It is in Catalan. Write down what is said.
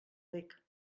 bec